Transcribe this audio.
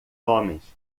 homens